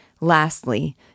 Lastly